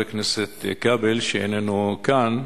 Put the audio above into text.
לחבר הכנסת כבל, שאיננו כאן,